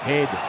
Head